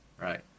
Right